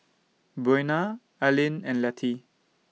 Buena Arleen and Letty